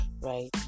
Right